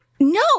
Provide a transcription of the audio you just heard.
No